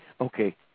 okay